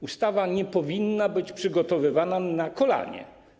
Ustawa nie powinna być przygotowywana na kolanie.